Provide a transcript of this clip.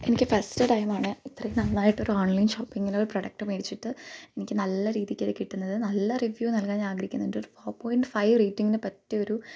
എനിക്ക് ഫസ്റ്റ് ടൈമാണ് ഇത്രയും നന്നായിട്ട് ഓരോൺലൈൻ ഷോപ്പിങ്ങിൽ ഒരു പ്രോഡക്റ്റ് മേടിച്ചിട്ട് എനിക്ക് നല്ല രീതിക്ക് അത് കിട്ടുന്നത് നല്ല റിവ്യൂ നൽകാൻ ഞാൻ ആഗ്രഹിക്കുന്നുണ്ട് ഒരു ഫോർ പോയിൻ്റ് ഫൈവ് റേറ്റിംഗിന് പറ്റിയ ഒരു